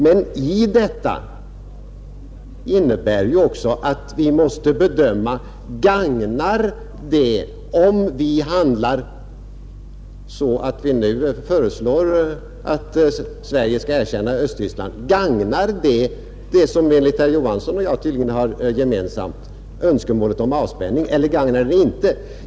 Men det innebär också att vi måste göra en speciell bedömning, Om vi handlar så att vi nu föreslår att Sverige skall erkänna Östtyskland, gagnar detta det som herr Johansson och jag tydligen har gemensamt — önskemålet om avspänning — eller inte?